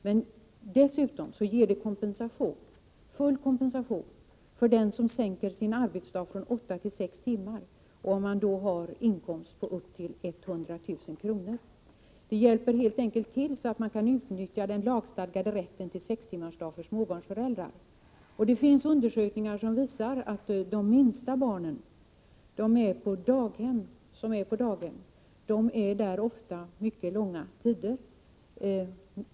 Men dessutom ger det full kompensation för den som minskar sin arbetsdag från åtta till sex timmar, om man har inkomst på upp till 100 000 kr. Det hjälper helt enkelt till så att man kan utnyttja den lagstadgade rätten till sextimmarsdag för småbarnsföräldrar. Det finns undersökningar som visar att de minsta barnen som är på daghem ofta är där mycket långa tider.